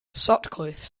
sutcliffe